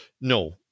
No